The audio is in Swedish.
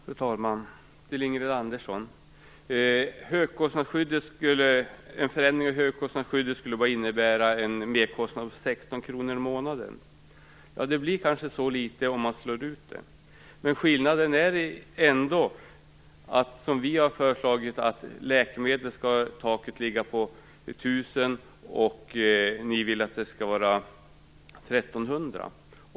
Fru talman! Till Ingrid Andersson vill jag säga att en förändring av högkostnadsskyddet skulle innebära en merkostnad om 16 kr per månad. Det blir kanske så litet om kostnaden slås ut. Skillnaden är den att läkemedelstaket enligt vårt förslag skall ligga vid 1 000 kr medan ni vill att det skall ligga vid 1 300 kr.